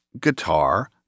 guitar